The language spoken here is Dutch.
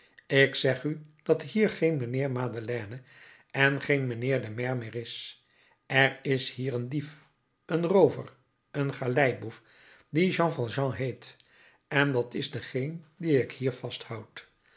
ik zeg u dat hier geen mijnheer madeleine en geen mijnheer de maire meer is er is hier een dief een roover een galeiboef die jean valjean heet en dat is degeen dien ik hier vasthoud